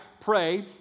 Pray